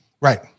right